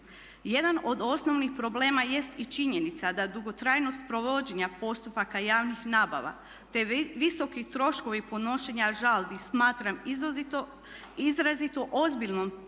Jedan od osnovnih problema jest i činjenica da dugotrajnost provođenja postupaka javnih nabava, te visoki troškovi podnošenja žalbi smatram izrazito ozbiljnim